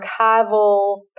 archival